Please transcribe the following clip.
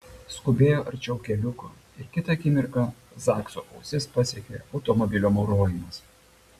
skubėjo arčiau keliuko ir kitą akimirką zakso ausis pasiekė automobilio maurojimas